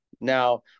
Now